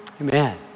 Amen